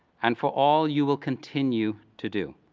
and for all you will continue to do.